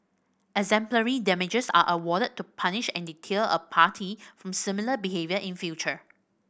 exemplary damages are awarded to punish and deter a party from similar behaviour in future